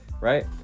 right